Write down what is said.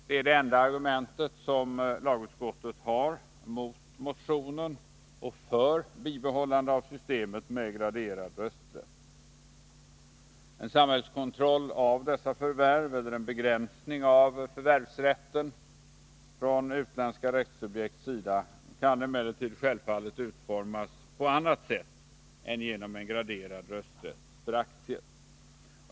Det är det enda argument som lagutskottet har mot motionen och för bibehållande av systemet med graderad rösträtt. En samhällskontroll av dessa förvärv eller en begränsning av förvärvsrätten från utländska rättssubjekts sida kan självfallet utformas på annat sätt än genom en graderad rösträtt för aktier.